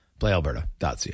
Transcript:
PlayAlberta.ca